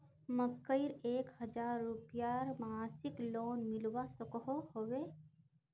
मकईर एक हजार रूपयार मासिक लोन मिलवा सकोहो होबे?